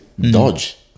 Dodge